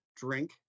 Drink